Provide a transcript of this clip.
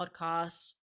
podcast